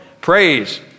praise